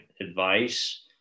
advice